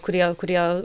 kurie kurie